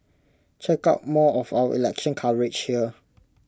check out more of our election coverage here